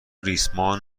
ریسمان